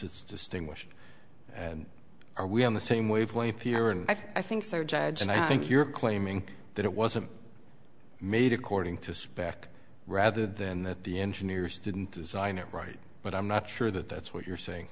it's just english and are we on the same wavelength here and i think so judge and i think you're claiming that it wasn't made according to spec rather than that the engineers didn't design it right but i'm not sure that that's what you're saying